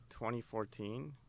2014